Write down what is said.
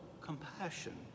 compassion